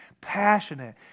passionate